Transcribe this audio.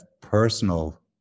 personal